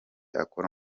akora